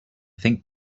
think